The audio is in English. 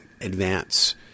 advance